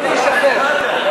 בואו נחכה קצת,